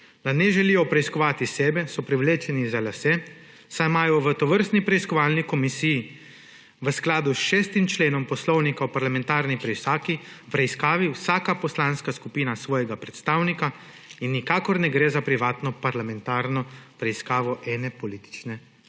da ne želijo preiskovati sebe, so privlečeni za lase, saj ima v tovrstni preiskovalni komisiji v skladu s 6. členom Poslovnika o parlamentarni preiskavi vsaka poslanska skupina svojega predstavnika in nikakor ne gre za privatno parlamentarno preiskavo ene politične